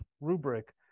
rubric